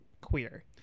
queer